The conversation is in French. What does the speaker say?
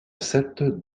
sept